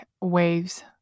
waves